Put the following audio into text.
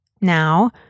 Now